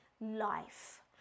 life